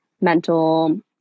mental